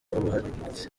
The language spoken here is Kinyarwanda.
ubuharike